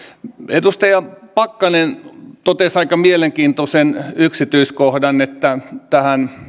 edustaja pakkanen totesi aika mielenkiintoisen yksityiskohdan että tähän